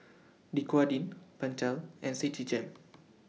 Dequadin Pentel and Citigem